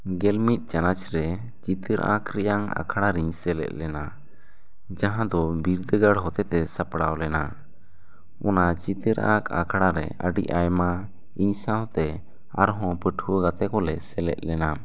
ᱜᱮᱞ ᱢᱤᱫ ᱪᱟᱱᱟᱪ ᱨᱮ ᱪᱤᱛᱟᱹᱨ ᱟᱸᱠ ᱨᱮᱭᱟᱝ ᱟᱠᱷᱟᱲᱟᱨᱤᱧ ᱥᱟᱞᱮᱫ ᱞᱮᱱᱟ ᱡᱟᱦᱟᱸ ᱫᱚ ᱵᱤᱨᱫᱟᱹᱜᱟᱲ ᱦᱚᱛᱮᱛᱮ ᱥᱟᱯᱟᱲᱟᱣ ᱞᱮᱱᱟ ᱚᱱᱟ ᱪᱤᱛᱟᱹᱨ ᱟᱸᱠ ᱟᱠᱷᱟᱲᱟ ᱨᱮ ᱟᱹᱰᱤ ᱟᱭᱢᱟ ᱤᱧ ᱥᱟᱶᱛᱮ ᱟᱨᱦᱚᱸ ᱯᱟᱹᱴᱷᱩᱭᱟᱹ ᱜᱟᱛᱮ ᱠᱚᱞᱮ ᱥᱮᱞᱮᱫ ᱞᱮᱱᱟ